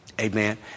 Amen